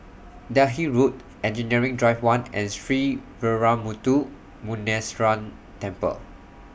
Delhi Road Engineering Drive one and Sree Veeramuthu Muneeswaran Temple